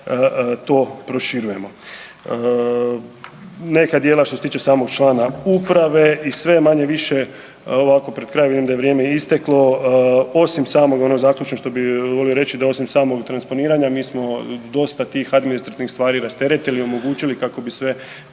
to proširujemo. Neka dijela što se tiče samog člana uprave i sve je manje-više ovako pred kraj, vidim da je vrijeme isteklo, osim samog ono što bi zaključno što bi volio reći da osim samog transponiranja mi smo dosta tih administrativnih stvari rasteretili omogućili kako bi se